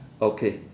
okay